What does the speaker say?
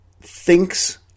thinks